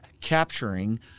capturing